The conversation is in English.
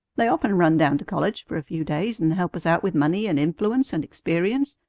they often run down to college for a few days and help us out with money and influence and experience.